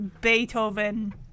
Beethoven